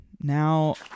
Now